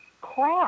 crap